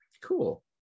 cool